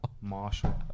Marshall